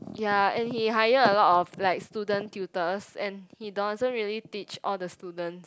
ya and he hire a lot of like student tutors and he doesn't really teach all the students